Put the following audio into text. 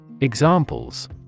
Examples